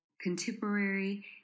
contemporary